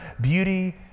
beauty